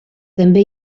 també